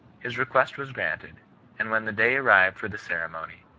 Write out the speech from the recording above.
his re quest was granted and when the day arrived for the ceremony,